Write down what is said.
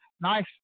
Nice